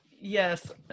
Yes